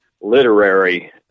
literary